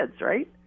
right